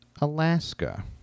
Alaska